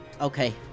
Okay